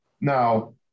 Now